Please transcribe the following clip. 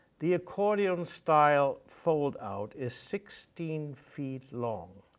the accordion-style foldout is sixteen feet long.